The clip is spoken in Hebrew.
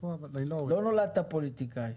לא נולדת פוליטיקאי.